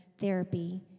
therapy